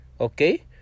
okay